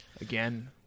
again